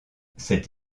cette